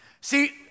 See